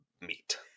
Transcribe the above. meat